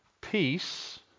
peace